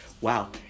Wow